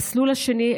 המסלול השני,